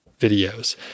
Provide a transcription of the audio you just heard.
videos